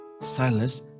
Silas